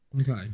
Okay